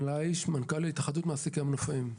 מנכ"ל התאחדות מעסיקי המנופאים.